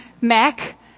Mac